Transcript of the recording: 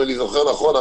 אם אני זוכר נכון,